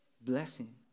blessing